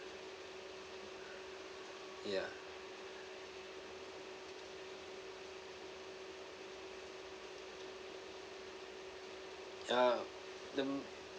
ya ya the